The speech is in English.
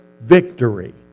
victory